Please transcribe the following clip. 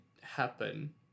happen